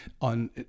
on